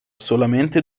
solamente